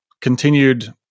continued